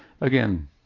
again